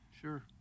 Sure